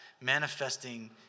manifesting